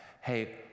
hey